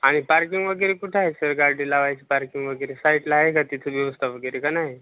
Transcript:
आणि पार्किंग वगैरे कुठं आहे सर गाडी लावायची पार्किंग वगैरे साईटला आहे का तिथं व्यवस्था वगैरे का नाही